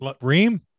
Reem